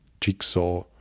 jigsaw